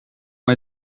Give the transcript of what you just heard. ont